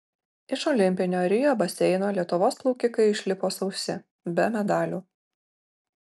iš olimpinio rio baseino lietuvos plaukikai išlipo sausi be medalių